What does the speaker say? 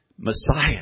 Messiah